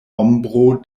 ombro